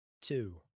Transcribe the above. two